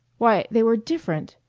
why, they were different.